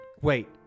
Wait